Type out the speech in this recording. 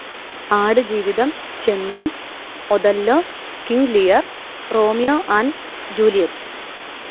Aadu Jeevitham Chemmeen Othello King Lear Romeo and Juliet